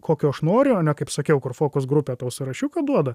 kokio aš noriu o ne kaip sakiau kur fokus grupė tau sąrašiuką duoda